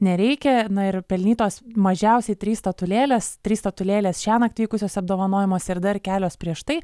nereikia na ir pelnytos mažiausiai trys statulėlės trys statulėlės šiąnakt vykusiuose apdovanojimuose ir dar kelios prieš tai